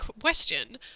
question